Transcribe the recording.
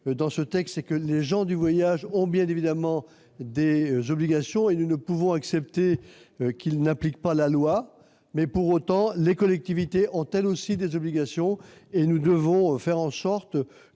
dans ce texte, c'est que les gens du voyage ont bien évidemment des obligations. Nous ne pouvons pas accepter qu'ils n'appliquent pas la loi. Pour autant, les collectivités ont, elles aussi, des obligations, et nous devons faire en sorte,